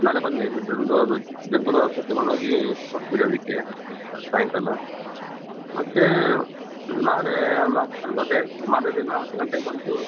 ನಾಳೆ ಬನ್ನಿ ಜಂತು ಹುಳದ ಜಂತು ಹುಳದ ಔಷಧ ತಗೊಂಡು ಹೋಗಿ ಕೊಟ್ಬಿಡಿ ಅದಕ್ಕೆ ಸಾಯಂಕಾಲ ಮತ್ತೆ ನಾಳೆ ಒಂದು ಹತ್ತು ಅದೇ ಮಾರನೇ ದಿನ ಹತ್ತು ಗಂಟೆಗೆ ಬಂದು